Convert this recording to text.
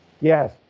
Yes